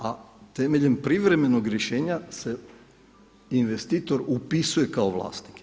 A temeljem privremenog rješenja se investitor upisuje kao vlasnik.